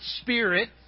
Spirit